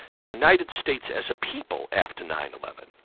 the united states as a people after nine um um and